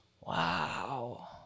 Wow